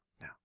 No